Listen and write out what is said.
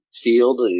field